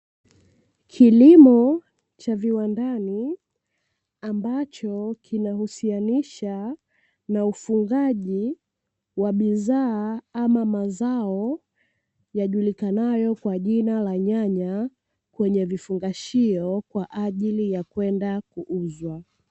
Kilimo cha viwandani ambacho kinahusianisha na ufungaji wa bidhaa ama mazao yajulikanayo kwa jina la nyanya kwenye vifungashio kwa ajili ya kwenda kuuzwa.